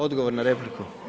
Odgovor na repliku.